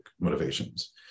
motivations